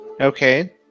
Okay